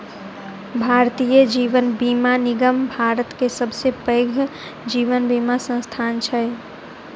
भारतीय जीवन बीमा निगम भारत के सबसे पैघ जीवन बीमा संस्थान छै